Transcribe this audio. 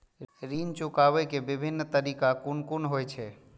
ऋण चुकाबे के विभिन्न तरीका कुन कुन होय छे?